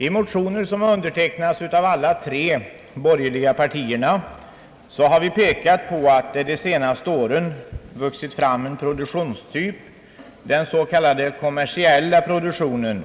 I motioner, som har undertecknats av representanter för de tre borgerliga partierna, har vi pekat på att det under de senaste åren har vuxit fram en produktionstyp, den s.k. kommersiella storproduktionen,